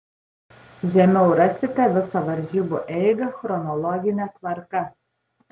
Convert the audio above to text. žemiau rasite visą varžybų eigą chronologine tvarka